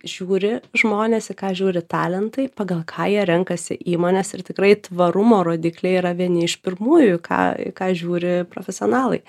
žiūri žmonės į ką žiūri talentai pagal ką jie renkasi įmones ir tikrai tvarumo rodikliai yra vieni iš pirmųjų į ką į ką žiūri profesionalai